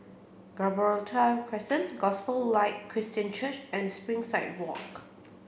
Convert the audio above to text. Gibraltar Crescent Gospel Light Christian Church and Springside Walk